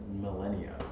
millennia